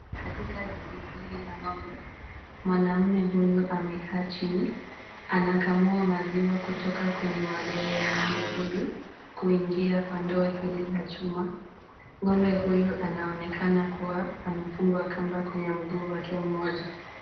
Katika zizi hili la ng'ombe, mwanaume huyu amekaa chini. Anakamua maziwa kutoka kwenye mabere ya ng'ombe huyu kuingia kwa ndoo hili la chuma. Ng'ombe huyu anaonekana kuwa amefungwa kamba kwenye mguu wake mmoja.